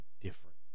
different